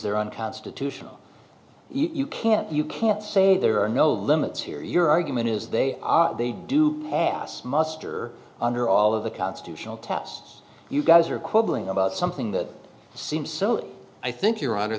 they're unconstitutional eat you can't you can't say there are no limits here your argument is they are they do pass muster under all of the constitutional taps you guys are quibbling about something that seems so i think your honor